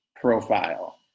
profile